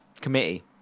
Committee